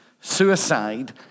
suicide